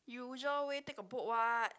usual way take a boat [what]